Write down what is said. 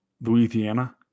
Louisiana